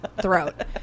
throat